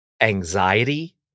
anxiety